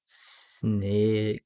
snake